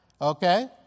Okay